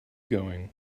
going